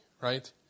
right